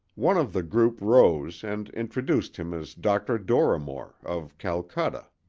one of the group rose and introduced him as dr. dorrimore, of calcutta.